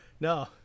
No